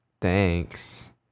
thanks